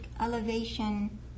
elevation